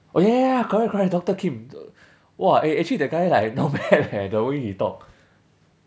oh ya ya ya correct correct doctor kim !wah! eh actually that guy like not bad leh the way he talk